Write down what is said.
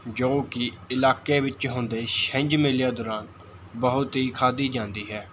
ਜੋ ਕੀ ਇਲਾਕੇ ਵਿੱਚ ਹੁੰਦੇ ਛਿੰਝ ਮੇਲਿਆਂ ਦੌਰਾਨ ਬਹੁਤ ਹੀ ਖਾਧੀ ਜਾਂਦੀ ਹੈ